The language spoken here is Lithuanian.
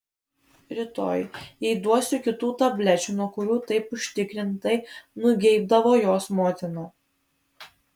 rytoj jai duosiu kitų tablečių nuo kurių taip užtikrintai nugeibdavo jos motina